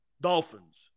Dolphins